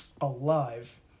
alive